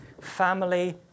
family